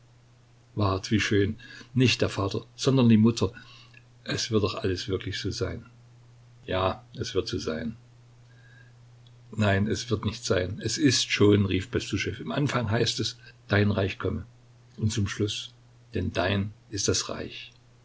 wart wie schön nicht der vater sondern die mutter es wird doch alles wirklich so sein ja es wird so sein nein es wird nicht sein es ist schon rief bestuschew im anfang heißt es dein reich komme und zum schluß denn dein ist das reich